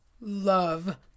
love